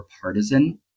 partisan